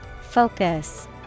Focus